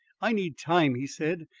i need time he said,